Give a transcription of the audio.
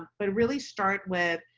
but really start with